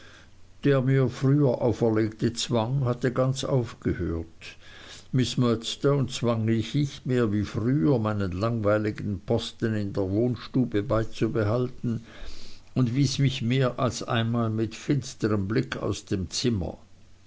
der mir früher auferlegte zwang hatte ganz aufgehört miß murdstone zwang mich nicht mehr wie früher meinen langweiligen posten in der wohnstube beizubehalten und wies mich mehr als einmal mit finsterm blick aus dem zimmer